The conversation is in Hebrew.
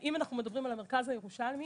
אם אנחנו מדברים על המרכז הירושלמי: